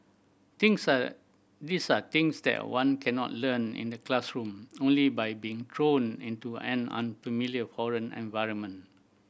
things are these are things that one cannot learn in the classroom only by being thrown into an unfamiliar foreign environment